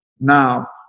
Now